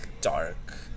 dark